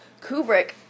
Kubrick